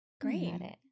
great